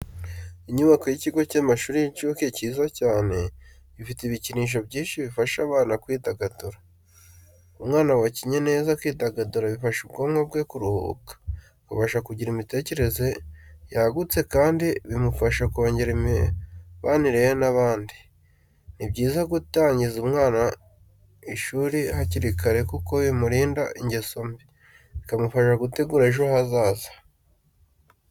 Inyubako y'ikigo cy'amashuri y'incuke kiza cyane gifite ibikinisho byinshi bifasha abana kwidagadura. Umwana wakinnye neza akidagadura bifasha ubwonko bwe kuruhuka, akabasha kugira imitekerereze yagutse kandi bimufasha kongera imibanire ye n'abandi. Ni byiza gutangiza umwana ishuri hakiri kare kuko bimurinda ingeso mbi, bikamufasha gutegura ejo hazaza.